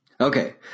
Okay